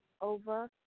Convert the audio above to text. over